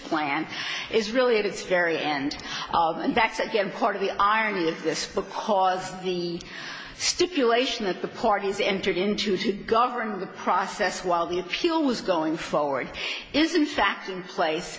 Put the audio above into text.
plan is really at its very end and that's again part of the irony of this because the stipulation that the parties entered into to govern the process while the appeal was going forward is in fact in place